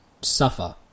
suffer